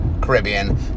Caribbean